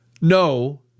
No